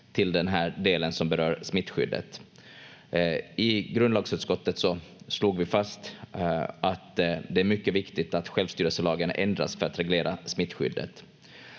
till den här delen som berör smittskyddet. I grundlagsutskottet slog vi fast att det är mycket viktigt att självstyrelselagen ändras för att reglera smittskyddet.